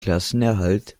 klassenerhalt